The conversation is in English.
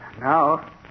Now